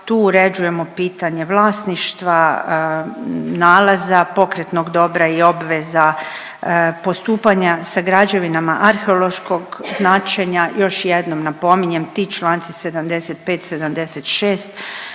tu uređujemo pitanje vlasništva, nalaza pokretnog dobra i obveza, postupanja sa građevinama arheološkog značenja, još jednom napominjem, ti čl. 75-76